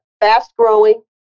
Fast-growing